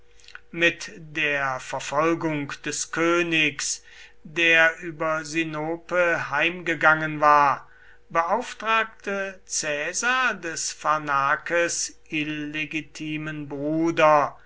mit der verfolgung des königs der über sinope heimgegangen war beauftragte caesar des pharnakes illegitimen bruder